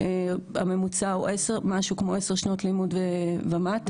משרד התיירות אמין אבו